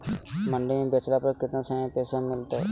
मंडी में बेचला पर कितना समय में पैसा मिलतैय?